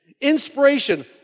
Inspiration